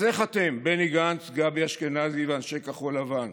אז איך אתם, בני גנץ, גבי אשכנזי ואנשי כחול לבן,